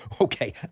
Okay